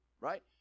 right